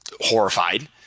horrified